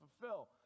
fulfill